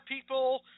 people